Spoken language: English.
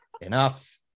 enough